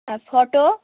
আর photo